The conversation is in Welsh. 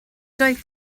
doedd